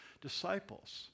disciples